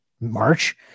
March